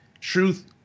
Truth